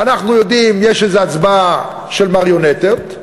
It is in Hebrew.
אנחנו יודעים שיש הצבעה של מריונטות,